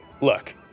Look